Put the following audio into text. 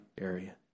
area